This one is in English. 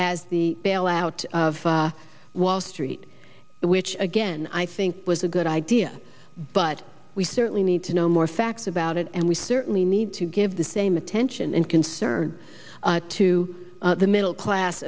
as the bailout of wall street which again i think was a good idea but we certainly need to know more facts about it and we certainly need to give the same attention and concern to the middle class